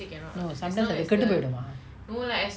no sometimes அது கெட்டு பெய்டுமா:athu kettu peiduma